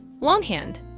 Longhand